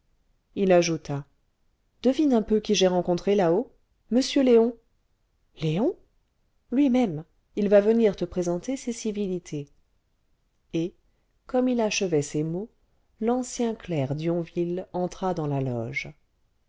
il ajouta devine un peu qui j'ai rencontré là-haut m léon léon lui-même il va venir te présenter ses civilités et comme il achevait ces mots l'ancien clerc d'yonville entra dans la loge